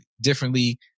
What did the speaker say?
differently